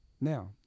now